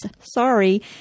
sorry